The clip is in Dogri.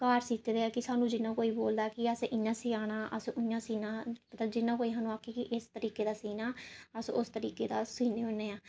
घर सीते दे इ'यां ऐ कि जि'यां बोलदा ऐ कि असें इ'यां सियाना असें उ'यां सियाना मतलब जि'यां सानूं कोई आखे इस तरीके दा सीना आस उस तरीके दा सीने होन्ने आं